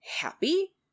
happy